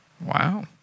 Wow